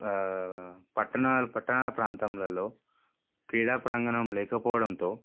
పట్టణాల పట్టణాల ప్రాంతంలల్లో క్రీడా ప్రాంగణం లేకపోవడంతో